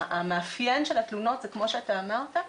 המאפיין של התלונות זה כמו שאתה אמרת,